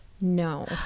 no